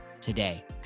today